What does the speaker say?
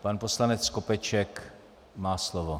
Pan poslanec Skopeček má slovo.